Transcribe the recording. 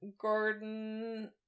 Gordon